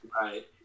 right